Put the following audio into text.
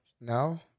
No